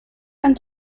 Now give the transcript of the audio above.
and